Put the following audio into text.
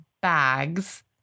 bags